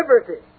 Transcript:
liberty